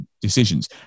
decisions